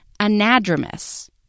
anadromous